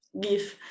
give